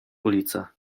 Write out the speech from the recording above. ulicę